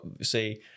say